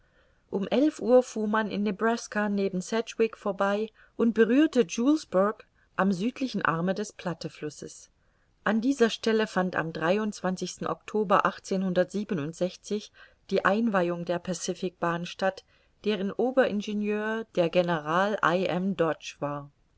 um elf uhr fuhr man in nebraska neben sedgwick vorbei und berührte julesburgh am südlichen arme des platte flusses an dieser stelle fand am oktober die einweihung der pacific bahn statt deren oberingenieur der general i m dodge war